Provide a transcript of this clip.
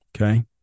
Okay